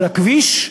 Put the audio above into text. של הכביש,